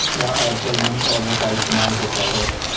क्या आजकल money order का इस्तेमाल होता है?